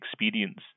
experience